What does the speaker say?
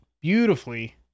beautifully